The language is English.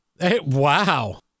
Wow